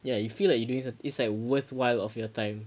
ya you feel like you doing some~ it's like worthwhile of your time